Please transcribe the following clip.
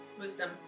Wisdom